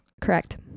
Correct